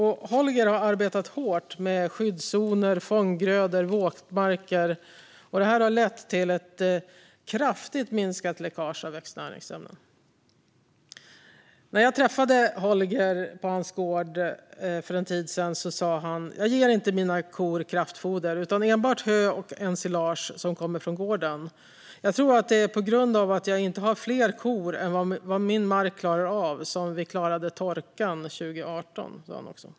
Holger har arbetat hårt med skyddszoner, fånggrödor och våtmarker, och detta har lett till ett kraftigt minskat läckage av växtnäringsämnen. När jag träffade Holger på hans gård för en tid sedan sa han: Jag ger inte mina kor kraftfoder utan enbart hö och ensilage som kommer från gården. Jag tror att det är på grund av att jag inte har fler kor än vad min mark klarar av som vi klarade torkan 2018.